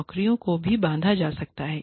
नौकरियों को भी बांधा जा सकता है